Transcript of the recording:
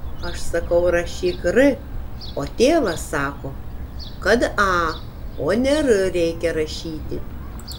aš sakau rašyk r o tėvas sako kad a o ne r reikia rašyti